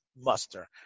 muster